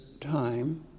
time